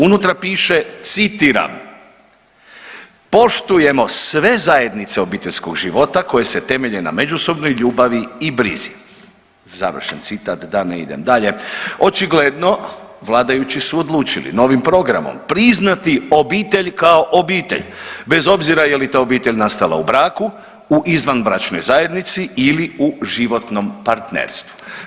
Unutra piše, citiram, poštujemo sve zajednice obiteljskog života koje se temelje na međusobnoj ljubavi i brizi“, da ne idem dalje, očigledno vladajući su odlučili novim programom priznati obitelj kao obitelj bez obzira je li ta obitelj nastala u braku u izvanbračnoj zajednici ili u životnom partnerstvu.